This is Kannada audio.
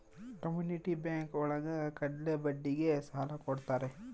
ಕಮ್ಯುನಿಟಿ ಬ್ಯಾಂಕ್ ಒಳಗ ಕಡ್ಮೆ ಬಡ್ಡಿಗೆ ಸಾಲ ಕೊಡ್ತಾರೆ